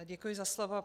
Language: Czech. Děkuji za slovo.